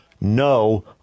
No